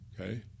okay